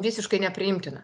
visiškai nepriimtina